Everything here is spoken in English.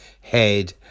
head